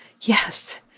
Yes